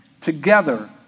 together